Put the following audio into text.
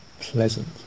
pleasant